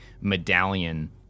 medallion